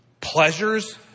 pleasures